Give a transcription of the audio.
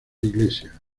iglesia